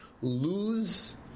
lose